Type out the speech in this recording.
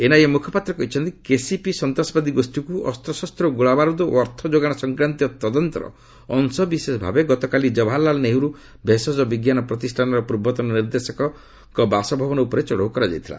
NIA ମୁଖପାତ୍ର କହିଛନ୍ତି KCP ସନ୍ତାସବାଦୀ ଗୋଷୀକୁ ଅସ୍ତଶସ୍ତ ଓ ଗୋଳାବାରୁଦ ଓ ଅର୍ଥ ଯୋଗାଣ ସଂକ୍ରାନ୍ତୀୟ ତଦନ୍ତର ଅଂଶବିଶେଷ ଭାବେ ଗତକାଲି ଜବାହାରଲାଲ୍ ନେହେରୁ ଭେଷଜ ବିଜ୍ଞାନ ପ୍ରତିଷ୍ଠାନର ପୂର୍ବତନ ନିର୍ଦ୍ଦେଶକଙ୍କ ବାସଭବନ ଉପରେ ଚଡ଼ାଉ କରାଯାଇଥିଲା